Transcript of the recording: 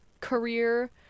career